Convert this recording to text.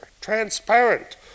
transparent